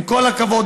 עם כל הכבוד,